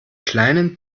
kleinen